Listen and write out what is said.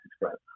Express